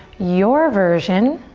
your version.